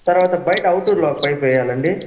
తర్వాత బయట అవుట్డోర్లో ఒక పైపు వేయాలండి